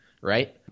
Right